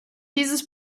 dieses